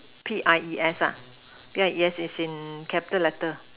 P I E S lah P I E S as in capital letter